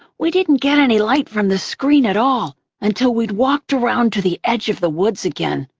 we didn't get any light from the screen at all until we'd walked around to the edge of the woods again.